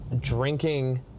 drinking